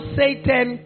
satan